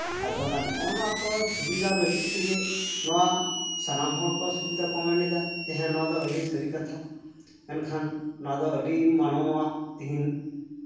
ᱟᱫᱚ ᱛᱟᱦᱚᱞᱮ ᱱᱚᱜᱼᱚ ᱱᱟᱠᱚ ᱥᱩᱵᱤᱫᱷᱟ ᱞᱟᱹᱜᱤᱫ ᱛᱮᱜᱮ ᱱᱚᱣᱟ ᱥᱟᱱᱟᱢ ᱦᱚᱲ ᱠᱚ ᱥᱩᱵᱤᱫᱷᱟ ᱠᱚ ᱢᱮᱱᱫᱟ ᱦᱮᱸ ᱱᱚᱣᱟᱫᱚ ᱟᱹᱰᱤ ᱥᱟᱹᱨᱤ ᱠᱟᱛᱷᱟ ᱢᱮᱱᱠᱷᱟᱱ ᱱᱚᱣᱟᱫᱚ ᱟᱹᱰᱤ ᱢᱟᱱᱚᱣᱟ ᱟᱜ ᱛᱮᱦᱤᱧ